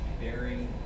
Bearing